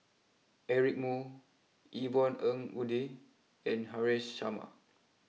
Eric Moo Yvonne Ng Uhde and Haresh Sharma